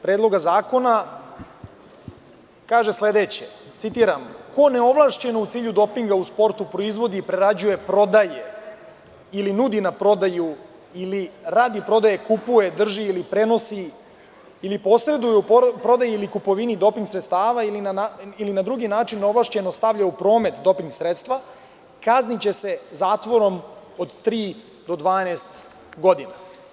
Predloga zakona kaže sledeće: „Ko neovlašćeno u cilju dopinga u sportu proizvodi i prerađuje, prodaje ili nudina prodaju ili radi prodaje kupuje, drži ili prenosi ili posreduje u prodaji ili kupovini doping sredstava ili na drugi način neovlašćeno stavlja u promet doping sredstva kazniće se zatvorom od tri do 12 godina“